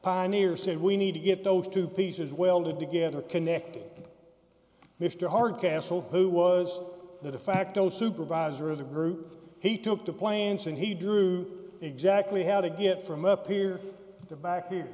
pioneer said we need to get those two pieces welded together connected mr hardcastle who was the de facto supervisor of the group he took the planes and he drew exactly how to get from up here the back here